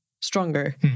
stronger